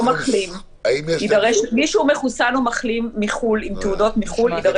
מי שהוא מחוסן או מחלים מחו"ל עם תעודות מחו"ל יידרש